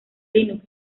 linux